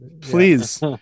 please